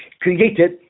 created